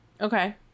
okay